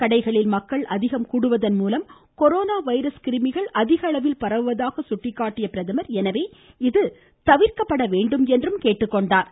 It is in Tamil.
கடைகளில் மக்கள் அதிகம் கூடுவதன் மூலம் கொரோனா வைரஸ் கிருமிகள் அதிகளவில் பரவுவதாக சுட்டிக்காட்டிய பிரதமர் எனவே இது தவிர்க்கப்பட வேண்டும் என்று கேட்டுக்கொண்டார்